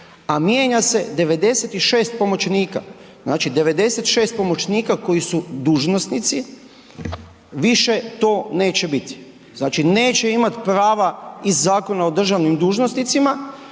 a mijenja se 96 pomoćnika, znači 96 pomoćnika koji su dužnosnici, više to neće biti. Znači neće imat prava iz Zakona o državnim dužnosnicima,